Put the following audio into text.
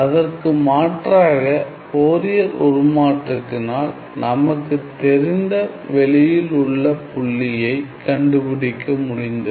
அதற்கு மாற்றாக ஃபோரியர் உருமாற்றத்தினால் நமக்குத் தெரிந்த வெளியில் உள்ள புள்ளியை கண்டுபிடிக்க முடிந்தது